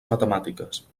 matemàtiques